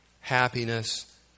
happiness